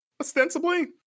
ostensibly